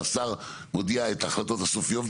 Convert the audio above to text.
שהשר מודיע את ההחלטות הסופיות.